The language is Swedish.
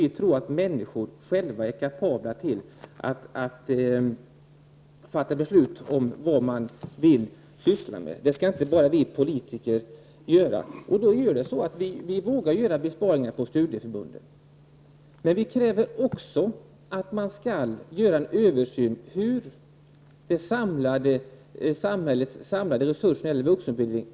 Vi tror att människor själva är kapabla att fatta beslut om vad de vill syssla med. Det skall inte bara vi politiker avgöra. Vi vågar alltså föreslå besparingar när det gäller studieförbunden, men vi kräver också att det skall göras en översyn om de samlade resurserna när det gäller vuxenutbildning.